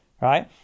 right